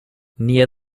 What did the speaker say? near